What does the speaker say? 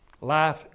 Life